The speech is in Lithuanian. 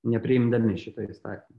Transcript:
nepriimdami šito įstatymo